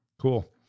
Cool